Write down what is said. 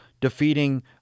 defeating